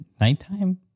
nighttime